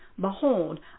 Behold